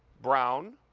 brown,